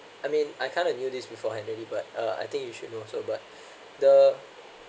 I mean I kind of knew this beforehand already but uh I think you should know also but the